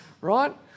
Right